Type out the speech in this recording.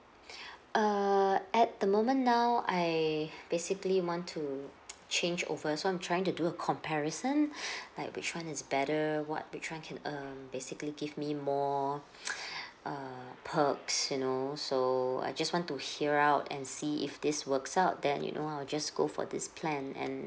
err at the moment now I basically want to change over so I'm trying to do a comparison like which one is better what which can um basically give me more err perks you know so I just want to hear out and see if this works out then you know I'll just go for this plan and